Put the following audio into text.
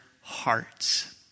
hearts